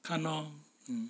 看 lor